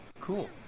Cool